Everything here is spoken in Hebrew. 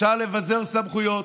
אפשר לבזר סמכויות.